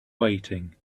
waiting